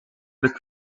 the